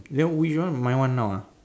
then which one my one now ah